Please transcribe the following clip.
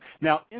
Now